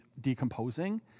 decomposing